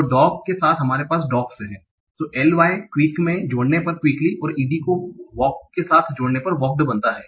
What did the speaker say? तो डॉग् के साथ हमारे पास डॉग्स हैं l y quick में जोड़ने पर quickly और e d को walk के साथ जोड़ने पर वॉक्ड बनता हैं